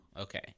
okay